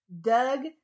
Doug